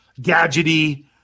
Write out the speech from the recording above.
gadgety